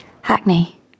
Hackney